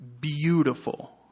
beautiful